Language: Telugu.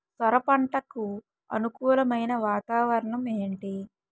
సొర పంటకు అనుకూలమైన వాతావరణం ఏంటి?